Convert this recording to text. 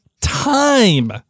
time